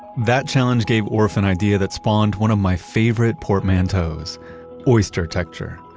that challenge gave orff an idea that spawned one of my favorite portmanteaus, oyster-tecture.